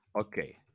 Okay